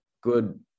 good